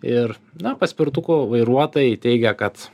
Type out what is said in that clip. ir na paspirtukų vairuotojai teigia kad